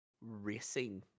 Racing